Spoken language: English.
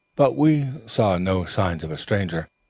but we saw no sign of a stranger,